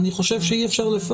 אני חושב שאי-אפשר לפרש.